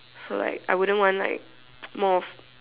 so I I wouldn't want like more of